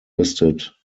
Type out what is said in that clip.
listed